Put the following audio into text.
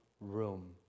room